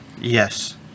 Yes